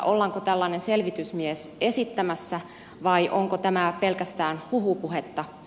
ollaanko tällainen selvitysmies esittämässä vai onko tämä pelkästään huhupuhetta